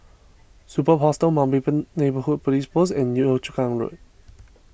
Superb Hostel Mountbatten Neighbourhood Police Post and Yio Chu Kang Road